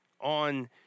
On